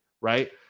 right